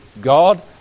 God